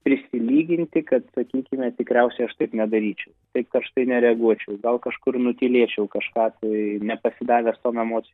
prisilyginti kad sakykime tikriausiai aš taip nedaryčiau taip karštai nereaguočiau gal kažkur nutylėčiau kažką tai nepasidavęs tom emocijom